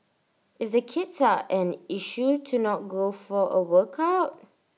if the kids are an issue to not go for A workout